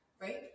Right